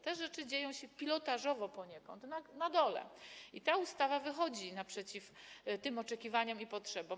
Te rzeczy dzieją się, pilotażowo poniekąd, na dole i ta ustawa wychodzi naprzeciw tym oczekiwaniom i potrzebom.